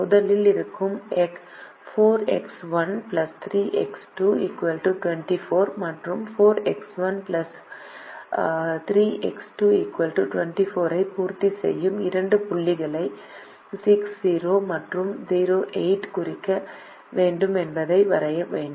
முதலில் இருக்கும் 4X1 3X2 24 மற்றும் 4X1 3X2 24 ஐ பூர்த்தி செய்யும் இரண்டு புள்ளிகளை 60 மற்றும் 08 குறிக்க வேண்டும் என்பதை வரைய வேண்டும்